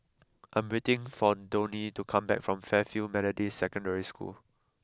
I am waiting for Donie to come back from Fairfield Methodist Secondary School